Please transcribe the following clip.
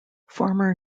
former